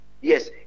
Yes